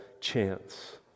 chance